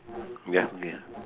ya ya